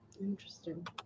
Interesting